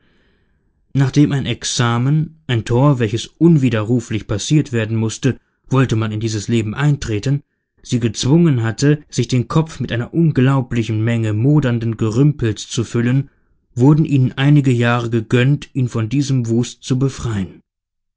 nachdem ein examen ein tor welches unwiderruflich passiert werden mußte wollte man in dieses leben eintreten sie gezwungen hatte sich den kopf mit einer unglaublichen menge modernden gerümpels zu füllen wurden ihnen einige jahre gegönnt ihn von diesem wuste zu befreien